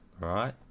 right